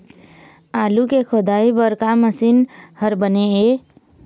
आलू के खोदाई बर का मशीन हर बने ये?